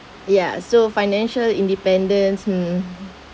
ya so financial independence hmm